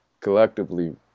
collectively